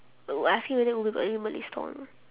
uh I asking whether ubi got any malay stall or not